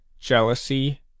jealousy